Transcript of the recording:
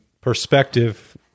perspective